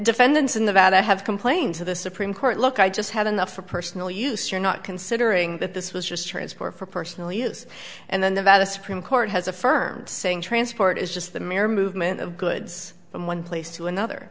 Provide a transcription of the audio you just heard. defendants in the valley have complained to the supreme court look i just had enough for personal use you're not considering that this was just transport for personal use and then the valid supreme court has affirmed saying transport is just the mere movement of goods from one place to another